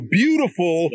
beautiful